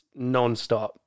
nonstop